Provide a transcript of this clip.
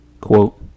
Quote